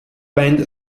band